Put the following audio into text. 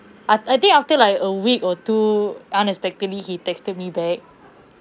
I I think after like a week or two unexpectedly he texted me back